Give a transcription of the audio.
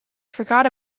forgot